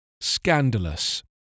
scandalous